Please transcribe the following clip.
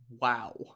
Wow